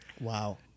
Wow